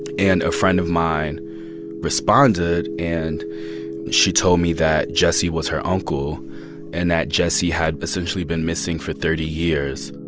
and a friend of mine responded, and she told me that jesse was her uncle and that jesse had, essentially, been missing for thirty years.